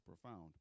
profound